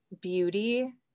beauty